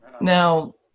Now